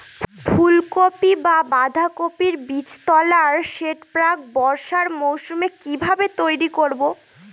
ফুলকপি বা বাঁধাকপির বীজতলার সেট প্রাক বর্ষার মৌসুমে কিভাবে তৈরি করব?